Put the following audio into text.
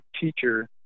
teacher